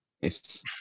Yes